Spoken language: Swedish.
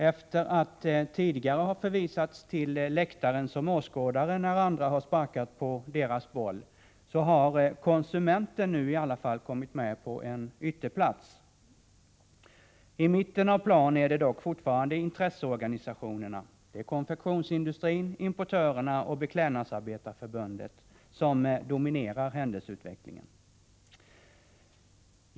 Efter att tidigare ha förvisats till läktaren som åskådare när andra har sparkat på deras boll, har konsumenterna nu i alla fall kommit med på en ytterplats. I mitten av plan är det dock fortfarande intresseorganisationerna — konfektionsindustrin, importörerna och Beklädnadsarbetarnas förbund — som dominerar händelseutvecklingen.